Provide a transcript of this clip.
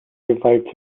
gewalt